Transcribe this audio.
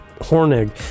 Hornig